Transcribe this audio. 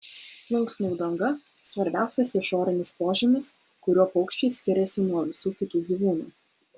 plunksnų danga svarbiausias išorinis požymis kuriuo paukščiai skiriasi nuo visų kitų gyvūnų